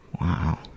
wow